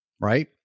right